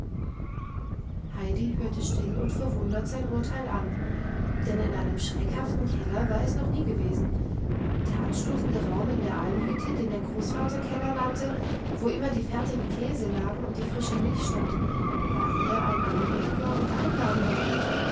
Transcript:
heidi hörte still und verwundert sein urteil an denn in einem schreckhaften keller war es noch nie gewesen der anstoßende raum in der almhütte den der großvater keller nannte wo immer die fertigen käse lagen und die frische milch stand war eher ein anmutiger und einladender ort